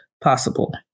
possible